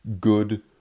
good